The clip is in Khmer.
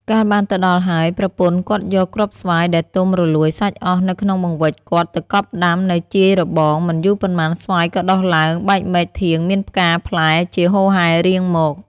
កាលបានទៅដល់ហើយ ប្រពន្ធគាត់យកគ្រាប់ស្វាយ ដែលទុំរលួយសាច់អស់នៅក្នុងបង្វេចគាត់ទៅកប់ដាំនៅជាយរបង មិនយូរប៉ុន្មានស្វាយក៏ដុះឡើងបែកមែកធាងមានផ្កា-ផ្លែ ជាហូរហែរៀងមក ។